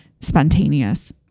spontaneous